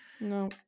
no